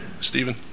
Stephen